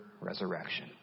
resurrection